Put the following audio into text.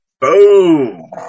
Boom